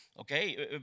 okay